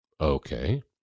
Okay